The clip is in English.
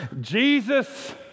Jesus